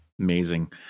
amazing